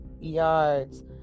yards